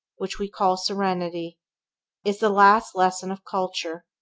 which we call serenity is the last lesson of culture,